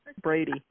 Brady